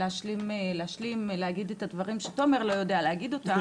להשלים ולהגיד את הדברים שתומר לא יודע להגיד אותם.